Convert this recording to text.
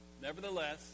Nevertheless